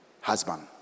husband